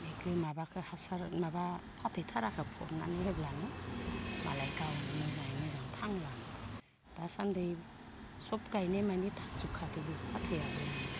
बेखो माबाखो हासार माबा फाथै थाराखो फबनानै होब्लानो मालाय गावनो मोजाङै मोजां थांलाङो दासान्दै सब गायनायमानि थांजुबखादोबो फाथैआबो